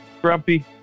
Grumpy